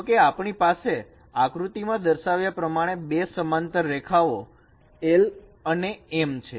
જો કે આપણી પાસે આકૃતિમાં દર્શાવ્યા પ્રમાણે બે સમાંતર રેખાઓ l અને m છે